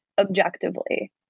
objectively